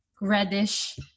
reddish